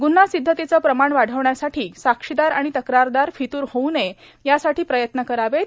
ग्न्हा सिद्धतेचे प्रमाण वाढविण्यासाठी साक्षीदार आणि तक्रारदार फितूर होऊ नये यासाठी प्रयत्न करावेत